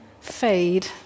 fade